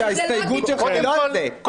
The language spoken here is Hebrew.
ההסתייגות שלך היא לא על זה.